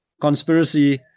Conspiracy